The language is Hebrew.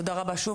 תודה רבה שוב,